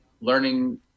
learning